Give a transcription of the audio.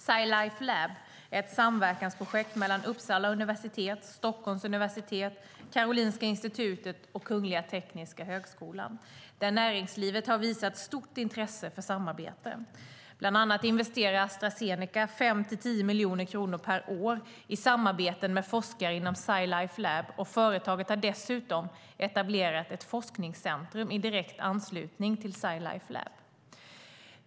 Sci Life Lab är ett samverkansprojekt mellan Uppsala universitet, Stockholms universitet, Karolinska institutet och Kungliga tekniska högskolan, där näringslivet har visat stort intresse för samarbete. Bland annat investerar Astra Zeneca 5-10 miljoner kronor per år i samarbeten med forskare inom Sci Life Lab, och företaget har dessutom etablerat ett forskningscentrum i direkt anslutning till Sci Life Lab.